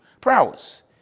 prowess